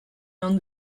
non